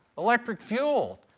electric fuel,